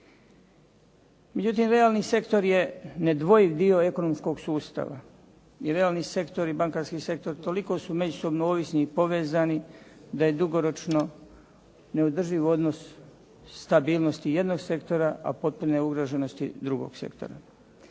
Međutim, realni sektor je nedvojiv dio ekonomskog sustava i realni sektor i bankarski sektor toliko su međusobno ovisni i povezani da je dugoročno neodrživ odnos stabilnosti jednog sektora a potpune ugroženosti drugog sektora.